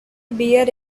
bear